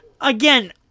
again